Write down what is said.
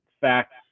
facts